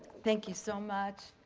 thank you so much.